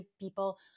people